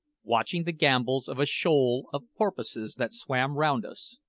watching the gambols of a shoal of porpoises that swam round us.